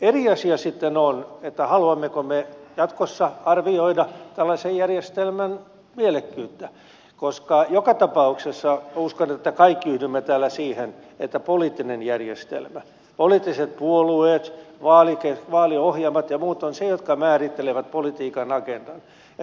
eri asia sitten on haluammeko me jatkossa arvioida tällaisen järjestelmän mielekkyyttä koska joka tapauksessa uskon että kaikki yhdymme täällä siihen että poliittinen järjestelmä poliittiset puolueet vaaliohjelmat ja muut on se joka määrittelee politiikan agendan